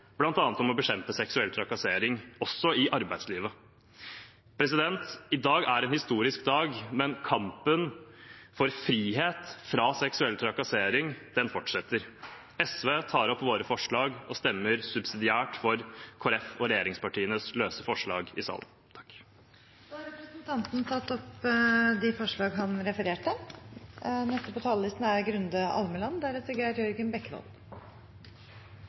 om å bekjempe seksuell trakassering også i arbeidslivet. Dagen i dag er en historisk dag, men kampen for frihet fra seksuell trakassering fortsetter. Jeg tar opp forslaget SV er alene om. SV vil stemme subsidiært for regjeringspartiene og Kristelig Folkepartis forslag. Representanten Freddy André Øvstegård har tatt opp det forslaget han refererte